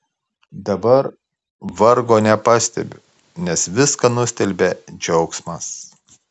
dabar vargo nepastebiu nes viską nustelbia džiaugsmas